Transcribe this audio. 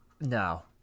No